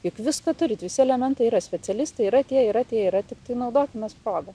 juk visko turit visi elementai yra specialistai yra tie yra tie yra tiktai naudokimės proga